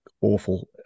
awful